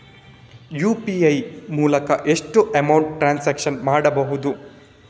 UPI ಮೂಲಕ ಎಷ್ಟು amount transaction ಮಾಡಬಹುದು?